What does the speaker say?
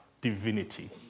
divinity